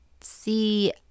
see